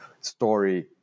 story